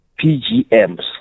PGMs